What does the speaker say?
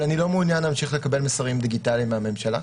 אבל אני לא מעוניין להמשיך לקבל מסרים דיגיטליים מהממשלה.